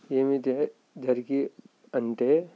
ఏమైతే జరిగి అంటే